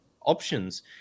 options